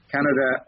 Canada